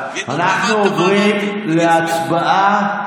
אנחנו עוברים להצבעה.